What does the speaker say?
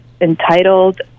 entitled